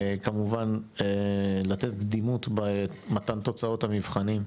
כמובן, לתת קדימות במתן תוצאות המבחנים,